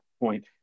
point